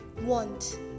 want